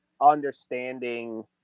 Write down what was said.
understanding